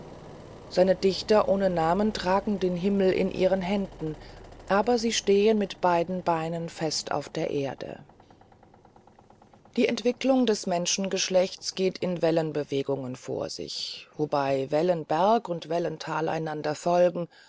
diese dichter ohne namen tragen den himmel in ihren händen aber sie stehen mit beiden beinen fest auf der erde die entwicklung des menschengeschlechtes geht in wellenbewegungen vor sich wobei wellenberg und wellental einander folgen